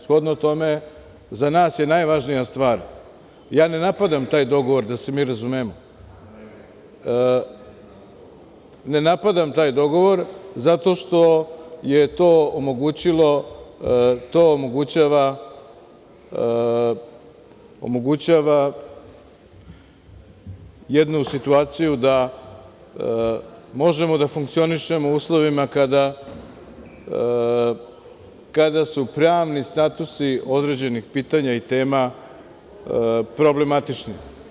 Shodno tome, za nas je najvažnija stvar, ja ne napadam taj dogovor, da se mi razumemo, ne napadam taj dogovor zato što to omogućava jednu situaciju da možemo da funkcionišemo u uslovima kada su pravni statusi određenih pitanja i tema problematični.